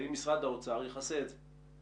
האם משרד האוצר יכסה את זה?